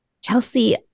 Chelsea